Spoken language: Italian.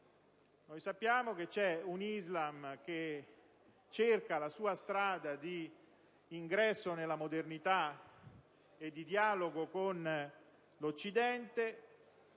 Noi sappiamo che c'è un Islam che cerca la sua strada di ingresso nella modernità e di dialogo con l'Occidente,